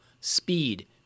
speed